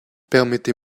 permettez